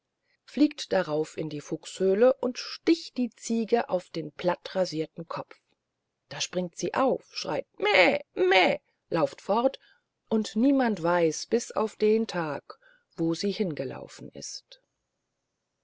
fliegt darauf in die fuchshöhle und sticht die ziege auf den platten rasirten kopf da springt sie auf schreit meh meh lauft fort und niemand weiß bis auf den tag wo sie hingelaufen ist